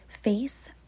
face